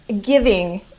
giving